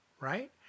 right